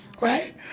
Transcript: right